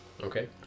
okay